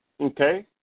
Okay